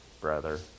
brother